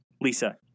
Lisa